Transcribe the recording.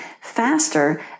faster